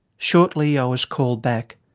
shortly i was called back,